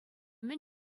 мӗн